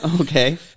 Okay